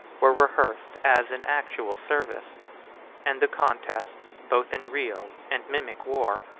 were rehearsed as in actual service and the contest, both in real and mimic war,